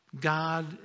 God